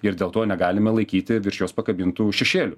ir dėl to negalime laikyti virš jos pakabintų šešėlių